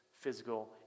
physical